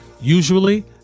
Usually